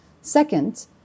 Second